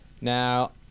Now